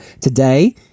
Today